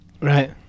Right